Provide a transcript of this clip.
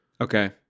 okay